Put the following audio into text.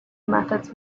methods